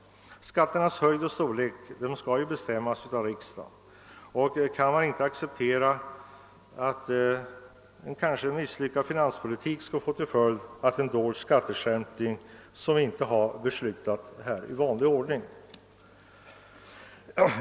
Skatternas storlek skall bestämmas av riksdagen, och man kan därför inte acceptera att t.ex. en misslyckad finanspolitik skall få till föld en dold skatteskärpning, som inte har beslutats av riksdagen i vanlig ordning.